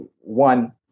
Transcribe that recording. one